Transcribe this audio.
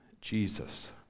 Jesus